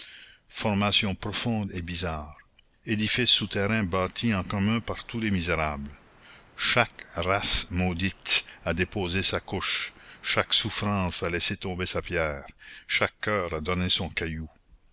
formation profonde et bizarre édifice souterrain bâti en commun par tous les misérables chaque race maudite a déposé sa couche chaque souffrance a laissé tomber sa pierre chaque coeur a donné son caillou